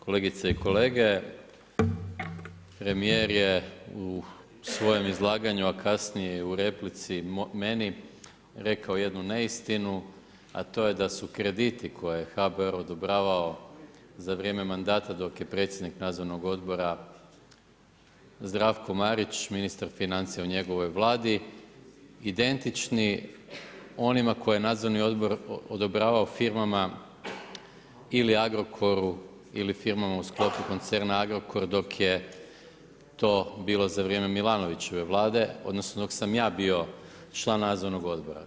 Kolegice i kolege, premijer je u svojem izlaganju a kasnije i u replici meni rekao jednu neistinu a to je da su krediti koje je HBOR odobravao za vrijem mandata dok je predsjednik nadzornog odbora Zdravko Marić, ministar financija u njegovoj Vladi, identični onima kojima je nadzorni odbor odobravao firmama ili Agrokoru ili firmama u sklopu koncerna Agrokor dok je to bilo za vrijeme Milanovićeve Vlade odnosno dok sam ja bio član nadzornog odbora.